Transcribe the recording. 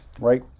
Right